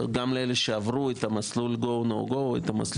גם לאלה שעברו את המסלול הירוק,